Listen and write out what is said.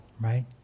right